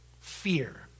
fear